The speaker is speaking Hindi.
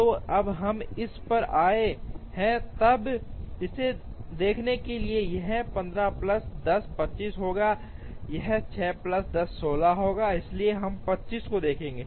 तो अब हम इस पर आए हैं तब इसे देखने के लिए यह 15 प्लस 10 25 होगा यह 6 प्लस 10 16 होगा इसलिए हम 25 को देखेंगे